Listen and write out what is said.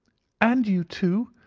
and you too.